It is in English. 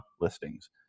listings